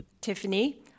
Tiffany